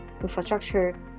infrastructure